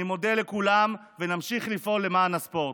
אני מודה לכולם, ונמשיך לפעול למען הספורט.